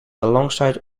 alongside